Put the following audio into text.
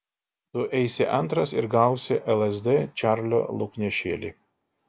tu eisi antras ir gausi lsd čarlio lauknešėlį